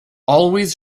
always